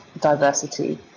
diversity